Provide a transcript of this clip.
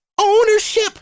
Ownership